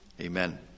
Amen